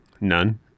None